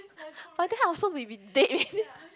but then I also may be dead already